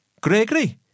Gregory